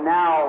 now